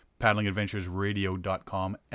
Paddlingadventuresradio.com